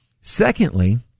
Secondly